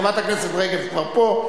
חברת הכנסת רגב כבר פה,